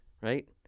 right